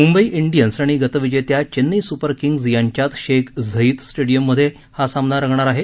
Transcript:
Mumbai Indians आणि गतविजेत्या Chennai super kings यांच्यात शेख झईद स्टेडियममधे रंगणार आहे